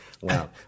Wow